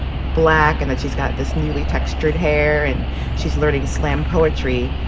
black and that she's got this newly textured hair, and she's learning slam poetry.